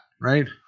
right